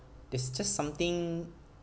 there's just something